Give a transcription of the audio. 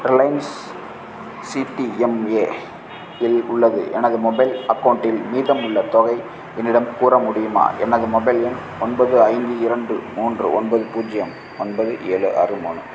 Reliance CDMA இல் உள்ள எனது மொபைல் அக்கௌண்ட்டில் மீதம் உள்ள தொகை என்னிடம் கூற முடியுமா எனது மொபைல் எண் ஒன்பது ஐந்து இரண்டு மூன்று ஒன்பது பூஜ்ஜியம் ஒன்பது ஏழு ஆறு மூணு